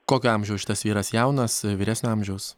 kokio amžiaus šitas vyras jaunas vyresnio amžiaus